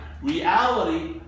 Reality